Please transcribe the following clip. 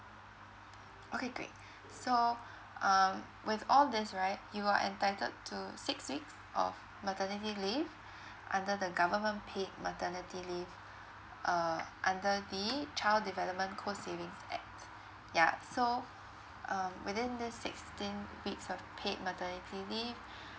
okay great so um with all these right you are entitled to six weeks of maternity leave under the government paid maternity leave uh under the child development co savings act yeah so um within these sixteen weeks of paid maternity leave